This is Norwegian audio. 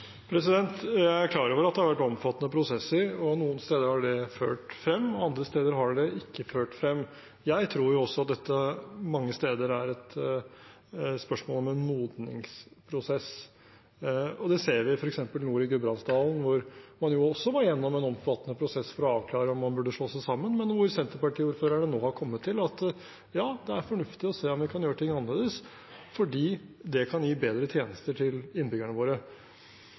Jeg er klar over at det har vært omfattende prosesser. Noen steder har det ført frem, og andre steder har det ikke ført frem. Jeg tror at dette mange steder også er et spørsmål om en modningsprosess. Det ser vi f.eks. nord i Gudbrandsdalen, hvor man jo også var gjennom en omfattende prosess for å avklare om man burde slå seg sammen, men hvor Senterparti-ordførerne nå har kommet til at det er fornuftig å se om man kan gjøre ting annerledes, fordi det kan gi bedre tjenester til innbyggerne.